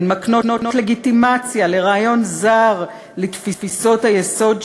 הן מקנות לגיטימציה לרעיון זר לתפיסות היסוד שלנו,